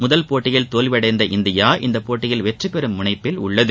முதல் போட்டியில் தோல்வியடைந்த இந்தியா இப்போட்டியில் வெற்றி பெறும் முனைப்பில் உள்ளது